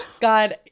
God